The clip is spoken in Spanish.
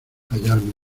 hallarme